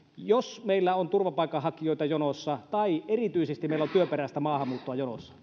jos meillä on turvapaikanhakijoita jonossa tai erityisesti meillä on työperäistä maahanmuuttoa jonossa